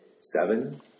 seven